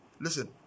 listen